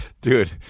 Dude